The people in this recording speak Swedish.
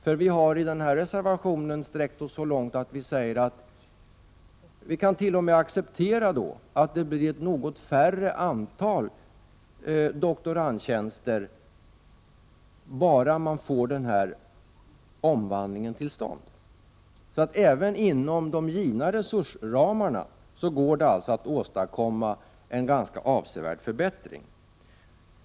I reservationen har vi reservanter sträckt oss så långt att vi säger att vi t.o.m. kan acceptera att det blir ett något mindre antal doktorandtjänster om denna omvandling kommer till stånd. Även inom de givna resursramarna går det alltså att åstadkomma en ganska avsevärd förbättring.